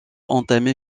entamé